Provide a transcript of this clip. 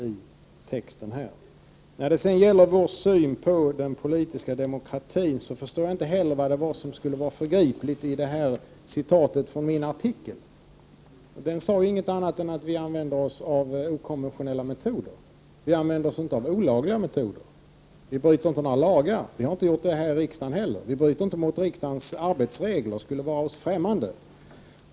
Inte heller när det gäller vår syn på den politiska demokratin förstår jag vad det var som skulle vara förgripligt. Jag tänker då på citatet i min artikel. Där sägs ingenting annat än att vi tillämpar okonventionella metoder. Vi tillämpar inte olagliga metoder. Vi bryter inte mot några lagar — inte heller häri riksdagen. Vi bryter alltså inte mot riksdagens arbetsregler. Det vore oss främmande.